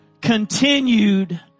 Continued